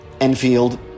Enfield